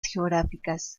geográficas